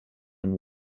and